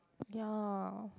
ya